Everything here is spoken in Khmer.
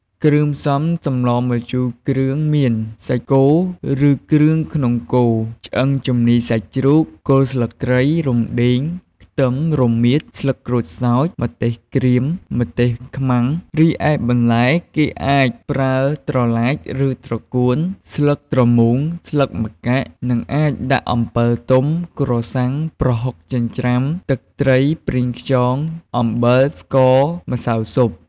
គ្រឿងផ្សំសម្លម្ជូរគ្រឿងមាន សាច់គោឬគ្រឿងក្នុងគោ ឆ្អឹងជំនីសាច់់ជ្រូក គល់ស្លឹកគ្រៃ រំដេង ខ្ទឹម រមៀត ស្លឹកក្រូចសើច ម្ទេសក្រៀម ម្ទេសខ្មាំង រីឯបន្លែគេអាចប្រើត្រឡាចឬត្រកួន ស្លឹកត្រមូង ស្លឹកម្កាក់ និងអាចដាក់អំពិលទុំ ក្រសាំង ប្រហុកចិព្រ្ចាំ ទឹកត្រី ប្រេងខ្យង អំបិល ស្ករ ម្សៅស៊ុប។